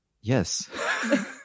yes